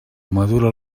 madura